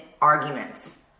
arguments